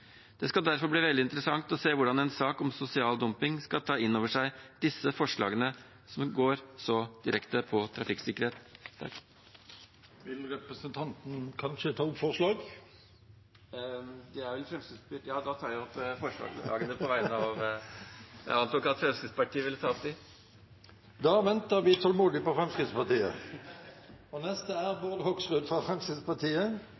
Det skal derfor bli veldig interessant å se hvordan en sak om sosial dumping skal ta innover seg disse forslagene, som går så direkte på trafikksikkerhet. Vil representanten kanskje ta opp forslag? Det er vel Fremskrittspartiet … Ja, da tar jeg opp forslag. Beklager, jeg antok at Fremskrittspartiet ville ta dem opp. Da venter vi tålmodig på Fremskrittspartiet